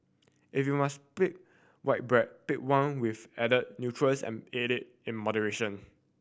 if you must pick white bread pick one with added nutrients and eat it in moderation